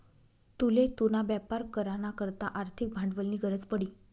तुले तुना बेपार करा ना करता आर्थिक भांडवलनी गरज पडी